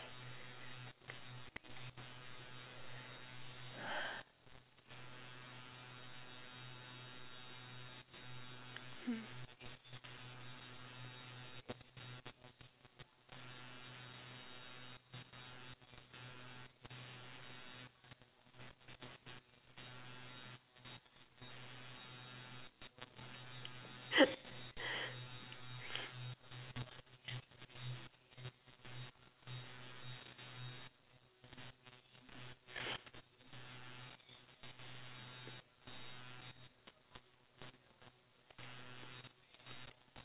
hmm